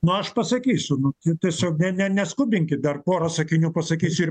na aš pasakysiu nu tai tiesiog ne ne neskubinkit dar pora sakinių pasakysiu ir